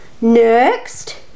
Next